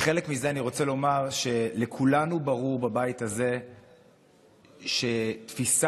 כחלק מזה אני רוצה לומר שלכולנו בבית הזה ברור שתפיסת